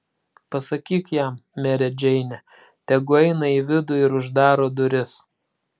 pasakyk jam mere džeine tegu eina į vidų ir uždaro duris